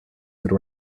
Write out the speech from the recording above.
could